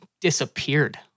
disappeared